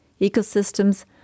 ecosystems